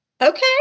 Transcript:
Okay